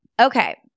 Okay